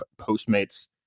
postmates